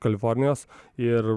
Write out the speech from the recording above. kalifornijos ir